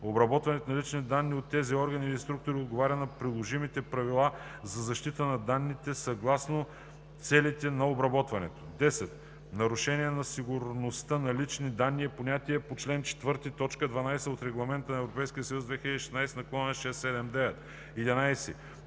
Обработването на лични данни от тези органи или структури отговаря на приложимите правила за защита на данните съгласно целите на обработването. 10. „Нарушение на сигурността на лични данни“ е понятието по чл. 4, т. 12 от Регламент (ЕС) 2016/679. 11.